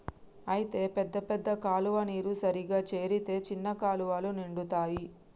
అయితే పెద్ద పెద్ద కాలువ నీరు సరిగా చేరితే చిన్న కాలువలు నిండుతాయి